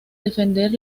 defender